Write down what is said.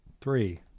Three